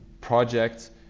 projects